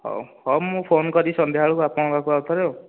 ହେଉ ହେଉ ମୁଁ ଫୋନ୍ କରିବି ସନ୍ଧ୍ୟାବେଳକୁ ଆପଣ ପାଖକୁ ଆଉଥରେ ଆଉ